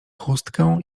chustkę